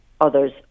others